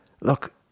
look